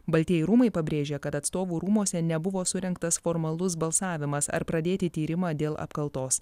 baltieji rūmai pabrėžia kad atstovų rūmuose nebuvo surengtas formalus balsavimas ar pradėti tyrimą dėl apkaltos